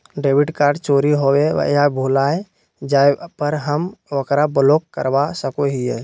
debit card चोरी होवे या भुला जाय पर हम ओकरा ब्लॉक करवा सको हियै